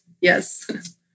yes